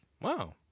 Wow